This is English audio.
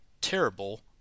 terrible